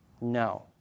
No